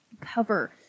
cover